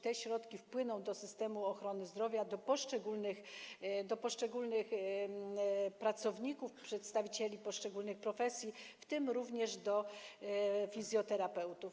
Te środki wpłyną do systemu ochrony zdrowia, do poszczególnych pracowników, przedstawicieli poszczególnych profesji, w tym również do fizjoterapeutów.